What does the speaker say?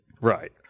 right